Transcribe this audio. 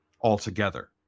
altogether